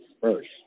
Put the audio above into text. first